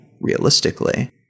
realistically